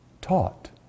taught